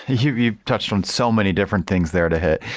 you've you've touched on so many different things there to hit.